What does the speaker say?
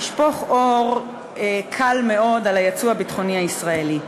לשפוך אור קל מאוד על היצוא הביטחוני הישראלי.